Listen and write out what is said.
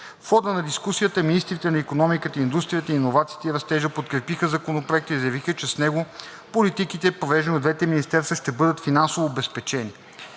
В хода на дискусията министрите на икономиката и индустрията и на иновациите и растежа подкрепиха Законопроекта и заявиха, че с него политиките, провеждани от двете министерства, ще бъдат финансово обезпечени.